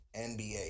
NBA